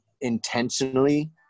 intentionally